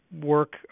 work